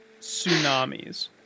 Tsunamis